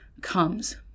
comes